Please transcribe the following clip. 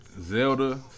Zelda